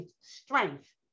strength